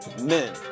Men